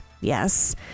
Yes